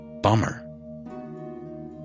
Bummer